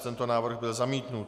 Tento návrh byl zamítnut.